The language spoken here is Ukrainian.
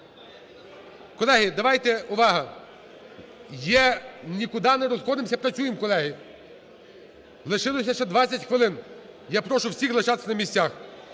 Колеги, давайте, увага! Є, нікуди не розходимось, працюємо, колеги. Лишилось ще 20 хвилин. Я прошу всіх лишатись на місцях.